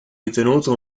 ritenuto